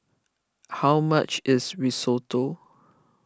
how much is Risotto